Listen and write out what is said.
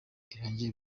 irangiye